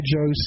Joe